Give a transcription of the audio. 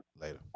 later